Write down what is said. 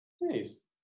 Nice